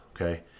Okay